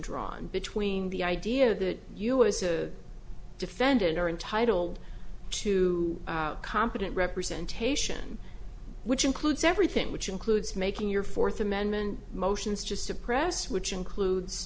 drawn between the idea that you as a defendant are entitled to competent representation which includes everything which includes making your fourth amendment motions just to press which includes